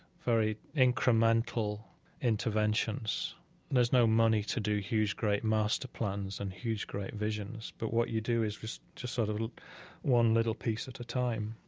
very incremental interventions. and there's no money to do huge, great master plans and huge, great visions. but what you do is just just sort of one little piece at a time.